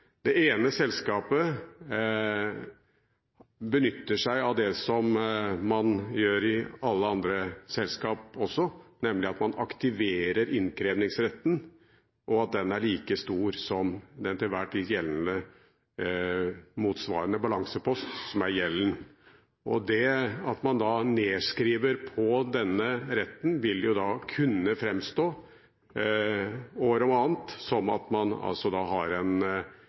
Det ene selskapet benytter seg av det man også gjør i alle andre selskaper, nemlig at man aktiverer innkrevingsretten, og at den er like stor som den til enhver tid gjeldende motsvarende balansepost, som er gjelden. Det at man da nedskriver på denne retten, vil år om annet kunne framstå som at man har et underskudd. Det er altså bare en